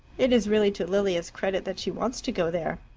it is really to lilia's credit that she wants to go there.